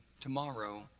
tomorrow